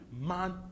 man